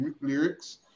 lyrics